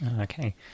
Okay